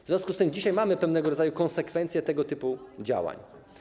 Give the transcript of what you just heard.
W związku z tym dzisiaj mamy pewnego rodzaju konsekwencje tego typu działań.